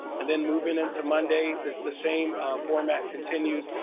and then moving into monday, the the same format continued,